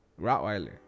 Rottweiler